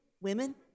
women